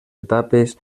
etapes